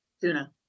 Tuna